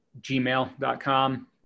gmail.com